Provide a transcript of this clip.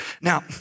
Now